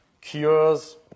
cures